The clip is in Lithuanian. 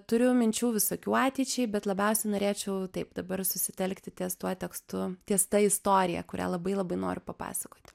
turiu minčių visokių ateičiai bet labiausiai norėčiau taip dabar susitelkti ties tuo tekstu ties ta istorija kurią labai labai noriu papasakoti